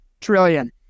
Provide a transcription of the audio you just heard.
trillion